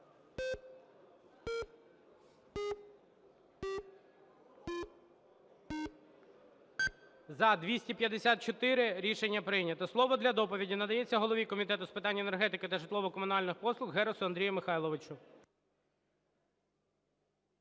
За-254 Рішення прийнято. Слово для доповіді надається голові Комітету з питань енергетики та житлово-комунальних послуг Герусу Андрію Михайловичу.